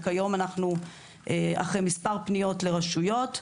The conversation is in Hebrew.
כיום אנחנו אחרי מספר פניות לרשויות,